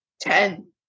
Ten